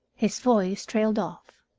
his voice trailed off.